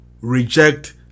reject